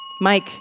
Mike